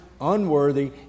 unworthy